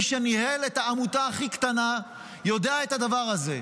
מי שניהל את העמותה הכי קטנה יודע את הדבר הזה.